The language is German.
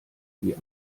wie